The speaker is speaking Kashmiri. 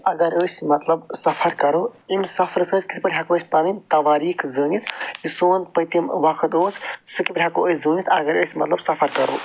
اَگر أسۍ مطلب سفر کَرَو اَمہِ سفرٕ سۭتۍ کِتھ پٲٹھۍ ہٮ۪کو أسۍ پَنٕنۍ تواریٖخ زٲنِتھ کہِ سون پٔتِم وقت اوس سُہ کِتھ پٲٹھۍ ہٮ۪کو أسۍ زٲنِتھ اَگر أسۍ مطلب سفر کَرَو